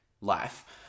life